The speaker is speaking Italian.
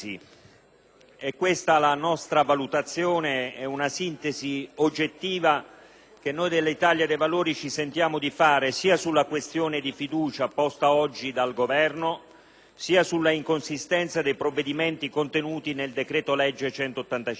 questa è la valutazione e la sintesi oggettiva che noi dell'Italia dei Valori ci sentiamo di fare, sia sulla questione di fiducia posta oggi dal Governo sia sull'inconsistenza dei provvedimenti contenuti nel decreto-legge n.